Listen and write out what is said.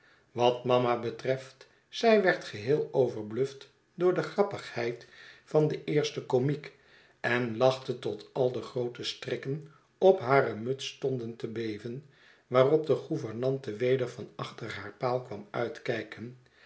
wat mama betreft zij werd geheel overbluft door de grappigheid van den eersten komiek en lachte tot al de groote strikken op hare muts stonden te beven waarop de gouvernante weder van achter haar paal kwam uitkyken